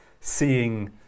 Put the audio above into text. Seeing